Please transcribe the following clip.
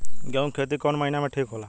गेहूं के खेती कौन महीना में ठीक होला?